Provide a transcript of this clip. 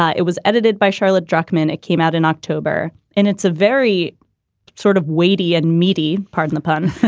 ah it was edited by charlotte druckman. it came out in october. and it's a very sort of weighty and meaty. pardon the pun,